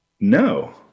No